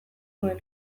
nuen